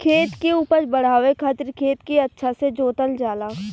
खेत के उपज बढ़ावे खातिर खेत के अच्छा से जोतल जाला